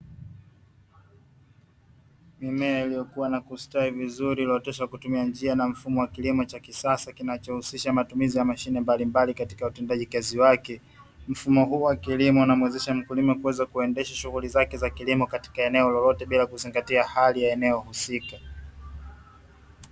Mimea iliyokuwa na kustawi vizuri, iliyooteshwa kwa kutumia njia na mfumo wa kilimo cha kisasa kinachohusisha matumizi ya mashine mbalimbali katika utendaji kazi wake. Mfumo huu wa kilimo una muwezesha mkulima kuweza kuendesha shughuli zake za kilimo katika eneo lolote bila kuzingatia hali ya eneo husika.